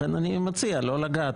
לכן אני מציע לא לגעת,